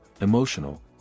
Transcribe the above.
emotional